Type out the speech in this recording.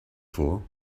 for